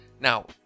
Now